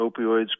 opioids